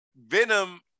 venom